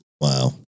Wow